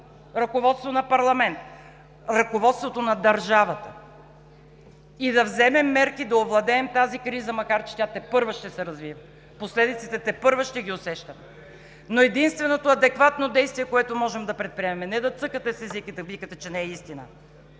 ръководството на парламента, ръководството на държавата, и да вземе мерки да овладеем тази криза, макар че тя тепърва ще се развива, последиците тепърва ще ги усещаме. Единственото адекватно действие обаче, което можем да предприемем – не да цъкате с език и да казвате, че не е истина,